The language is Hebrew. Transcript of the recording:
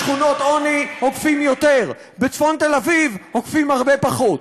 בשכונות אוכפים הרבה פחות.